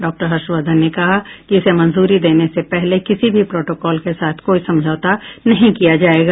doctor Harshvardhan ने कहा कि इसे मंजूरी देने से पहले किसी भी प्रोटोकॉल के साथ कोई समझौता नहीं किया जायेगा